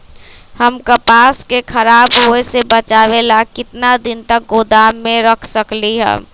हम कपास के खराब होए से बचाबे ला कितना दिन तक गोदाम में रख सकली ह?